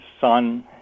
son